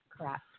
correct